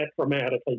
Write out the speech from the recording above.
dramatically